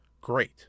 great